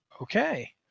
Okay